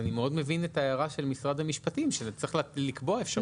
אני מאוד מבין את ההערה של משרד המשפטים שצריך לקבוע אפשרות להשיג.